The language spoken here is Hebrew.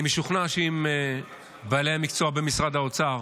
אני משוכנע שאם בעלי המקצוע במשרד האוצר